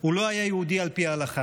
הוא לא היה יהודי על פי ההלכה,